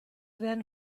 werden